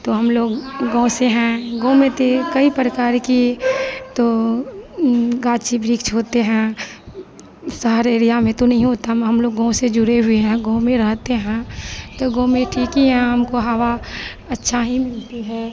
तो हम लोग गाँव से हैं गाँव में तो कई प्रकार की तो गाची वृक्ष होते हैं सारे एरिया में तो नहीं होता हम लोग गाँव से जुड़े हुए हैं गाँव में रहते हैं तो गाँव में ठीक ही है हमको हवा छाही मिलती है